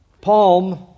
Palm